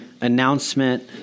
announcement